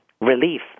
relief